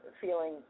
feeling